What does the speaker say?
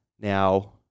Now